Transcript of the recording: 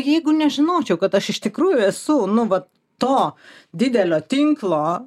jeigu nežinočiau kad aš iš tikrųjų esu nu va to didelio tinklo